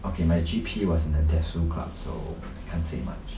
okay my G_P was in a desu club so can't say much